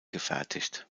gefertigt